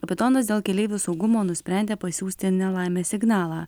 kapitonas dėl keleivių saugumo nusprendė pasiųsti nelaimės signalą